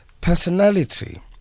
personality